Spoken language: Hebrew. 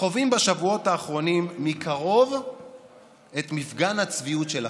חווים בשבועות האחרונים מקרוב את מפגן הצביעות שלכם,